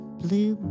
blue